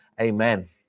Amen